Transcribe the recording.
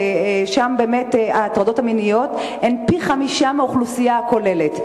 שם ההטרדות המיניות הן פי-חמישה מההטרדות באוכלוסייה הכוללת.